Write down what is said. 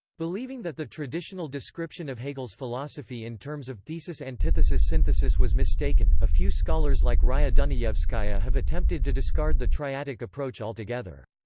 believing that the traditional description of hegel's philosophy in terms of thesis-antithesis-synthesis was mistaken, a few scholars like raya dunayevskaya have attempted to discard the triadic approach altogether.